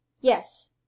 yes